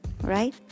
right